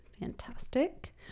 fantastic